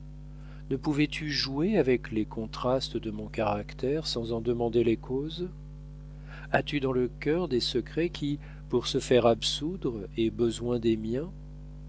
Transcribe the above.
ne pouvais tu jouer avec les contrastes de mon caractère sans en demander les causes as-tu dans le cœur des secrets qui pour se faire absoudre aient besoin des miens